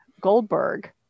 Goldberg